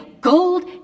gold